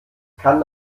kann